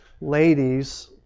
ladies